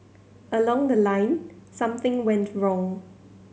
along the line something went wrong